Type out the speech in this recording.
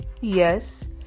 Yes